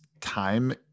time